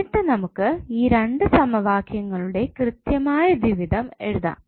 എന്നിട്ട് നമുക്ക് ഈ രണ്ട് സമവാക്യങ്ങളുടെ കൃത്യമായദ്വിവിധം എഴുതാം